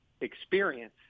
experience